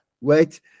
Wait